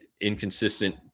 inconsistent